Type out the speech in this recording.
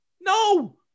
No